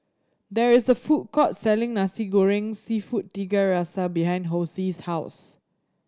there is a food court selling Nasi Goreng Seafood Tiga Rasa behind Hosie's house